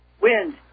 wind